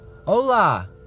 hola